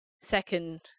second